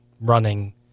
running